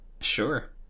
Sure